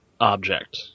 object